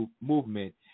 movement